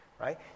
right